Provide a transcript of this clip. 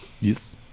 Yes